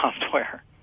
software